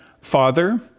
Father